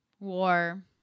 War